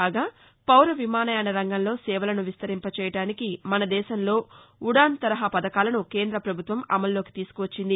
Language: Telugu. కాగా పౌర విమానయాన రంగంలో సేవలను విస్తరింపచేయడానికి మనదేశంలో ఉడాన్ తరహా పథకాలను కేంద్ర ప్రభుత్వం అమలులోకి తీసుకువచ్చింది